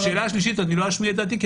על השאלה השלישית אני לא אשמיע את דעתי כי